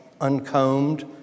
uncombed